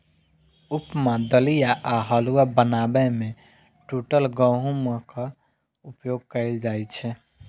उपमा, दलिया आ हलुआ बनाबै मे टूटल गहूमक उपयोग कैल जाइ छै